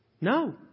No